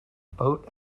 boat